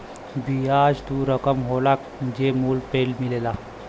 बियाज ऊ रकम होला जे मूल पे मिलेला